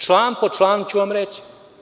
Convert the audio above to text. Član po član ću vam reći.